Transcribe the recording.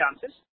chances